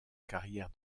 carrière